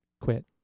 quit